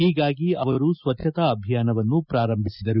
ಹೀಗಾಗಿ ಅವರು ಸ್ವಜ್ಞತಾ ಅಭಿಯಾನವನ್ನು ಪೂರಂಭಿಸಿದರು